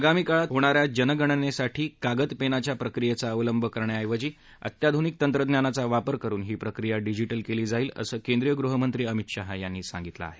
आगामी काळात होणाऱ्या जनगणनेसाठी कागद पेनाच्या प्रक्रियेचा अवलंब करण्याऐवजी अत्याधूनिक तंत्रज्ञानाचा वापर करून ही प्रक्रिया डिजिटल केली जाईल असं केंद्रीय गृहमंत्री अमित शाह यांनी सांगितलं आहे